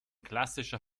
klassischer